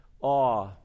awe